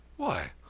why,